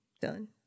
done